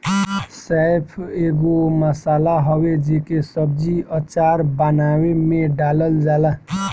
सौंफ एगो मसाला हवे जेके सब्जी, अचार बानवे में डालल जाला